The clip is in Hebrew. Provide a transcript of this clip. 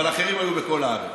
אבל אחרים היו בכל הארץ.